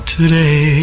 Today